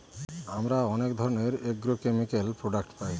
আমরা অনেক ধরনের এগ্রোকেমিকাল প্রডাক্ট পায়